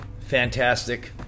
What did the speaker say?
fantastic